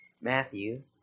Matthew